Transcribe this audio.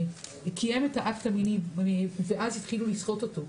קיים את האקט המיני ואז התחילו לסחוט אותו.